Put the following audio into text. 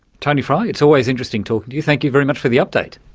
tony fry, it's always interesting talking to you, thank you very much for the update.